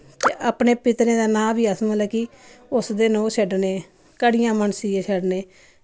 ते अपने पित्रें दा नां बी अस मतलब कि उस दिन ओह् छड्डने घड़ियां मनसियै छड्डने